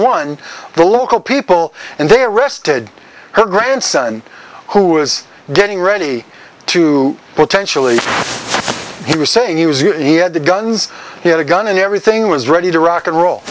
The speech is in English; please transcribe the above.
one the local people and they arrested her grandson who was getting ready to potentially he was saying use you and he had the guns he had a gun and everything was ready to rock and roll